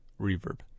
reverb